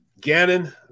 Gannon